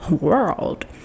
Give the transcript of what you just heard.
world